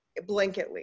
blanketly